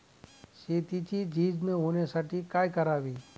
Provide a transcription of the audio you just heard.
शेतीची झीज न होण्यासाठी काय करावे?